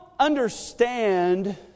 understand